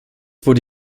wurde